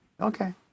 okay